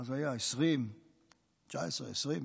מה זה היה, התשע-עשרה, העשרים?